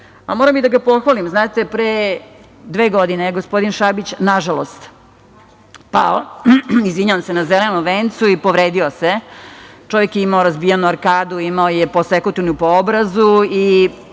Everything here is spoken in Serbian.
radi. Moram i da ga pohvalim. Znate, pre dve godine gospodin Šabić, nažalost, je pao na Zelenom vencu i povredio se. Čovek je imao razbijenu arkadu, imao je posekotinu na obrazu i